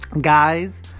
Guys